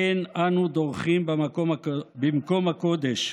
אין אנו דורכים במקום הקודש,